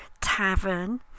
tavern